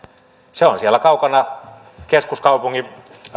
se on siellä kaukana keskuskaupungin